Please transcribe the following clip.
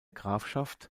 grafschaft